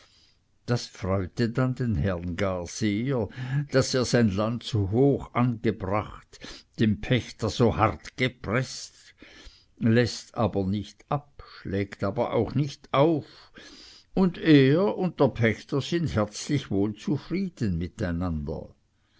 das freut dann den herrn gar sehr daß er sein land so hoch angebracht den pächter so hart gepreßt läßt aber nicht ab schlägt aber auch nicht auf und er und der pächter sind herzlich wohl zufrieden